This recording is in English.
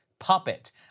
Puppet